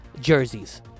jerseys